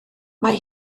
mae